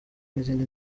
n’izindi